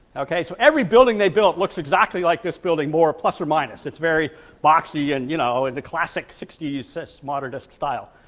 okay, so every building they built looks exactly like this building, more plus or minus, it's very boxy and, you know, in the classic sixty s modernist style.